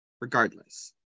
regardless